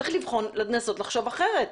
צריך לנסות לחשוב אחרת.